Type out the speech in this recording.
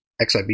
XIB